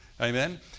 Amen